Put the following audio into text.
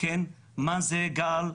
מה זה גל,